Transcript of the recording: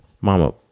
Mama